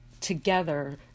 together